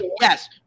yes